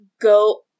go